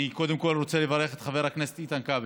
אני קודם כול רוצה לברך את חבר הכנסת איתן כבל.